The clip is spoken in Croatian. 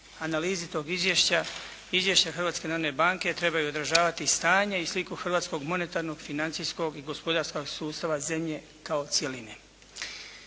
analizi tog izvješća, izvješća Hrvatske narodne banke treba odražavati stanje i sliku hrvatskog monetarnog, financijskog i gospodarskog sustava zemlje kao cjeline.